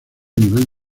nivel